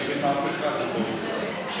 שאלה נוספת: כביש 6 זו מהפכה, זה ברור.